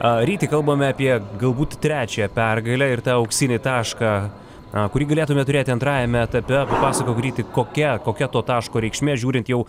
a ryti kalbame apie galbūt trečiąją pergalę ir tą auksinį tašką kurį galėtume turėti antrajame etape papasakok ryti kokia kokia to taško reikšmė žiūrint jau